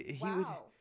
Wow